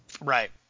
Right